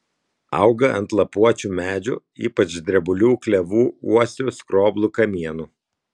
auga ant lapuočių medžių ypač drebulių klevų uosių skroblų kamienų